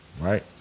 right